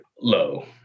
Low